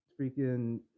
freaking